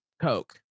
Coke